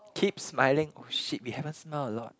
keep smiling oh shit we haven't smile a lot